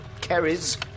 Carries